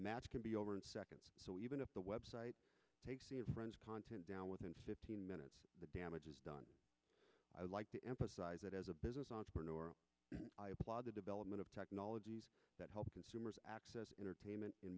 match can be over in seconds so even if the web site friends content down within fifteen minutes the damage is done i would like to emphasize that as a business entrepreneur i applaud the development of technologies that help consumers access entertainment in